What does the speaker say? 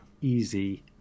easy